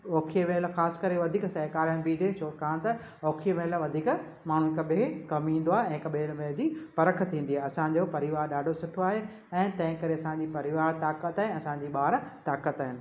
औखे वहिल खास करे वधीक सहकार में बीहजे छाकाणि त औखी वहिल वधीक माण्हू हिक ॿिए खे कमु ईंदो आहे ऐं हिकु ॿिए में हिन जी परख़ थींदी आहे असांजो परिवार ॾाढो सुठो आहे ऐं तंहिं करे असांजी परिवार ताक़त ऐं असांजी ॿार ताक़त आहिनि